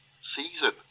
season